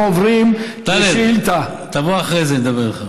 אתה אומר, תאתגר את המערכת.